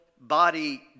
body